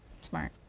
Smart